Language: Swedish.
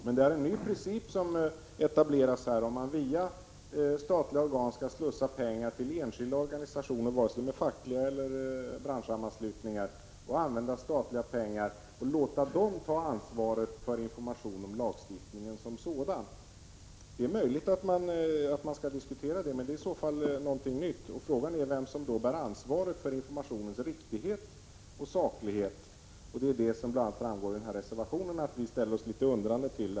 Men det är en ny princip som etableras här om man via statliga organ skall slussa pengar till enskilda organisationer, vare sig det är fackliga eller branschsammanslutningar, och låter dem ta ansvaret för information om lagstiftningen som sådan. Det är möjligt att man skall diskutera det, men det är i så fall någonting nytt. Frågan är då vem som bär ansvaret för informationens riktighet och saklighet. Som framgår av reservationen ställer vi oss litet undrande.